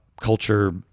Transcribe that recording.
culture